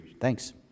Thanks